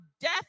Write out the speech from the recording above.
death